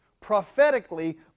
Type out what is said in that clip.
prophetically